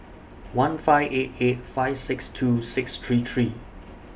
one five eight eight five six two six three three